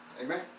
Amen